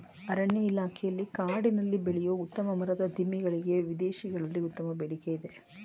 ಅರಣ್ಯ ಇಲಾಖೆಯಲ್ಲಿ ಕಾಡಿನಲ್ಲಿ ಬೆಳೆಯೂ ಉತ್ತಮ ಮರದ ದಿಮ್ಮಿ ಗಳಿಗೆ ವಿದೇಶಗಳಲ್ಲಿ ಉತ್ತಮ ಬೇಡಿಕೆ ಇದೆ